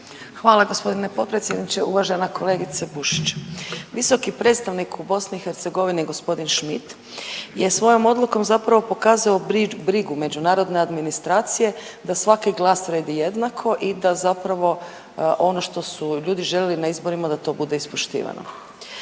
Hvala gospodine potpredsjedniče, uvažena kolegice Bušić. Visoki predstavnik u BiH je gospodin Schmidt je svojom odlukom zapravo pokazao brigu međunarodne administracije da svaki glas vrijedi jednako i da zapravo ono što su ljudi željeli na izborima da to bude ispoštivano.